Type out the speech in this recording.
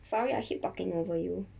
sorry I keep talking over you